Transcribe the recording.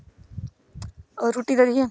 रोटी जेहड़ी ऐ